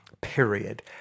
period